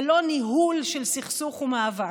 ולא ניהול של סכסוך ומאבק.